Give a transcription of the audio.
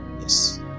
yes